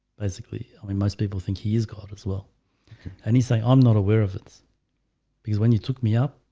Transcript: basically, i mean most people think he is god as well and he saying i'm not aware of it because when you took me up,